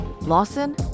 Lawson